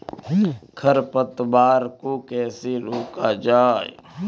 खरपतवार को कैसे रोका जाए?